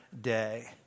day